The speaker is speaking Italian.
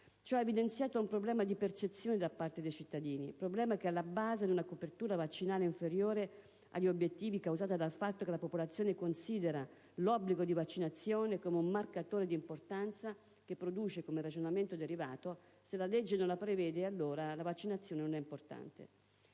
Ciò ha evidenziato un problema di percezione da parte dei cittadini, problema che è alla base di una copertura vaccinale inferiore agli obiettivi, causata dal fatto che la popolazione considera l'obbligo di vaccinazione come un marcatore di importanza che produce, come ragionamento derivato: «se la legge non la prevede, allora la vaccinazione non è importante».